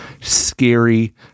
scary